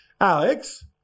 Alex